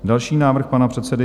Další návrh pana předsedy